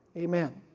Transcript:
amen.